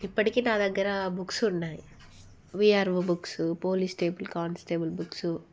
ఇప్పటికీ నా దగ్గర బుక్స్ ఉన్నాయి VRO books police stable constable books